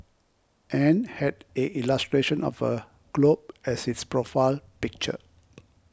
and had a illustration of a globe as its profile picture